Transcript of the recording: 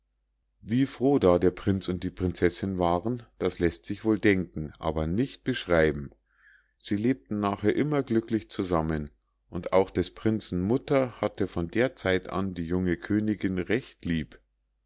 wie froh da der prinz und die prinzessinn waren das lässt sich wohl denken aber nicht beschreiben sie lebten nachher immer glücklich zusammen und auch des prinzen mutter hatte von der zeit an die junge königinn recht lieb